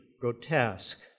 grotesque